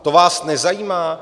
To vás nezajímá?